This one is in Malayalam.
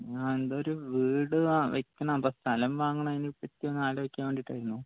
ഞാന് ന്ത് ഒരു വീട് വയ്ക്കണം അപ്പം സ്ഥലം വാങ്ങണേനെ പറ്റിയൊന്ന് ആലോചിക്കാൻ വേണ്ടിയിട്ടായിരുന്നു